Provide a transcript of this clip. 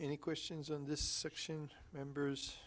any questions in this section members